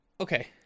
Okay